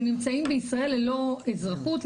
שהם נמצאים בישראל ללא אזרחות,